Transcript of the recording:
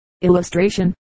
Illustration